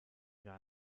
gar